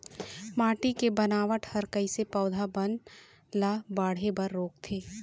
माटी के बनावट हर कइसे पौधा बन ला बाढ़े बर रोकथे?